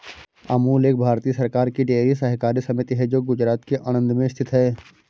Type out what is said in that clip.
अमूल एक भारतीय सरकार की डेयरी सहकारी समिति है जो गुजरात के आणंद में स्थित है